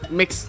mix